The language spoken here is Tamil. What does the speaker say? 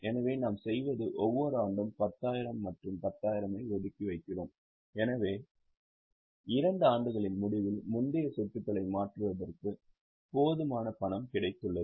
எனவே நாம் செய்வது ஒவ்வொரு ஆண்டும் 10000 மற்றும் 10000 ஐ ஒதுக்கி வைக்கிறோம் எனவே 2 ஆண்டுகளின் முடிவில் முந்தைய சொத்துக்களை மாற்றுவதற்கு போதுமான பணம் கிடைத்துள்ளது